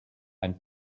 ein